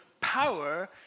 power